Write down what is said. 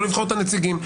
לא לבחור את הנציגים.